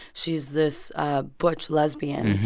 she's this ah butch lesbian,